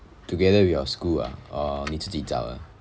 together with your school ah or 你自己找的